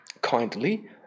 kindly